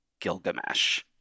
Gilgamesh